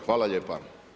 Hvala lijepo.